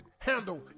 Handle